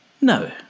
No